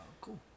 cool